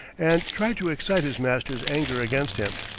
and tried to excite his master's anger against him.